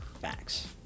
Facts